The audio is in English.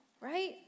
right